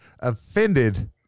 offended